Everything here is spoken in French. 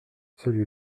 celui